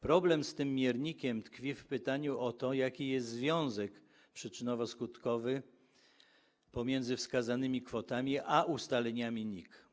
Problem z tym miernikiem tkwi w pytaniu o to, jaki jest związek przyczynowo-skutkowy wskazanych kwot z ustaleniami NIK.